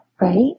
right